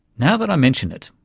now that i mention it,